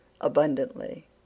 abundantly